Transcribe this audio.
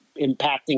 impacting